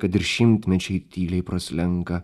kad ir šimtmečiai tyliai praslenka